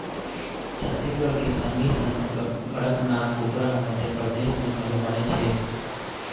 छत्तीसगढ़ के संगे संग कड़कनाथ कुकरा ह मध्यपरदेस म घलोक बनेच हे